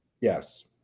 Yes